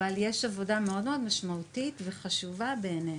אבל יש עבודה מאוד מאוד משמעותית וחשובה בעיננו.